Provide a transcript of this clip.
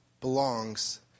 belongs